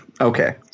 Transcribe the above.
Okay